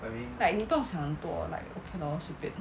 like 你不用像很多 like okay lor 随便